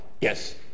Yes